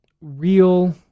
real